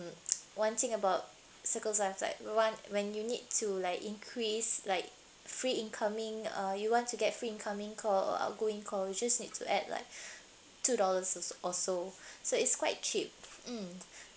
one thing about circles I've like want when you need to like increase like free incoming uh you want to get free incoming call or outgoing call you just need to add like two dollars or so so it's quite cheap mm